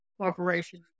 corporation